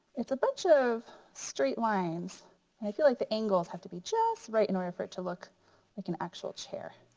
it's a bunch of straight lines and i feel like the angles have to be just right in order for it to look like an actual chair.